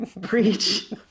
Preach